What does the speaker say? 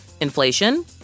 Inflation